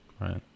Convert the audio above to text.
right